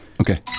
okay